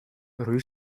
rue